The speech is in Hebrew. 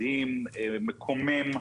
מדהים ומקומם,